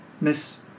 Miss